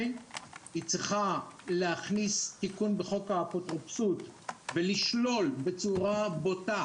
היא צריכה להכניס תיקון בחוק האפוטרופסות ולשלול בצורה בוטה